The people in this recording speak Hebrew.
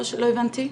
לא הבנתי.